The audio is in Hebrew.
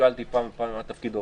נשאלתי פעם מה תפקיד האופוזיציה.